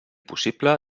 possible